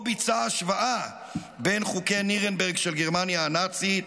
שבו ביצע השוואה בין חוקי נירנברג של גרמניה הנאצית